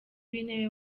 w’intebe